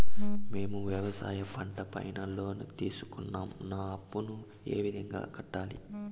మేము వ్యవసాయ పంట పైన లోను తీసుకున్నాం నా అప్పును ఏ విధంగా కట్టాలి